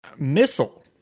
Missile